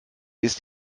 ist